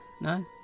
No